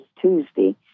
Tuesday